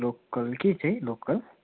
local के चाहिँ local